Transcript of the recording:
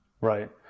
Right